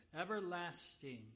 everlasting